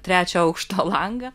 trečio aukšto langą